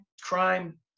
crime